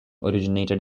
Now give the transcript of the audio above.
originated